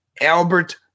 Albert